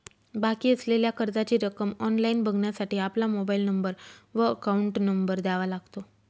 बाकी असलेल्या कर्जाची रक्कम ऑनलाइन बघण्यासाठी आपला मोबाइल नंबर व अकाउंट नंबर द्यावा लागतो